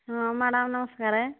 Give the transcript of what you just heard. ହଁ ମ୍ୟାଡମ୍ ନମସ୍କାର